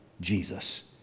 Jesus